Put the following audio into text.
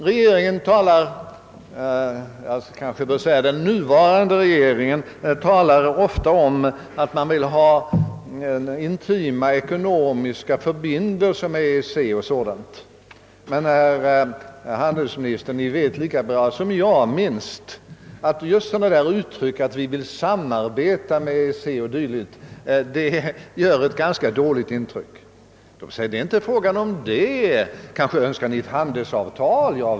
Regeringen — jag kanske bör säga den nuvarande — talar ofta om att vårt land vill ha intima ekonomiska förbindelser med EEC o.s.v. Herr handelsminister, Ni vet minst lika bra som jag att just sådana uttryck som att vi vill samarbeta med EEC gör ett ganska dåligt intryck. Man svarar då: »Det är inte blott fråga om samarbete. Men kanske önskar ni ett handelsavtal?